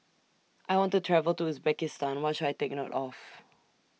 I want to travel to Uzbekistan What should I Take note of